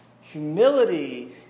Humility